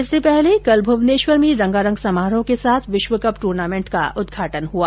इससे पहले कल भूवनेश्वर में रंगारंग समारोह के साथ विश्वकप ्ट्र्नामेंट का उद्घाटन हुआ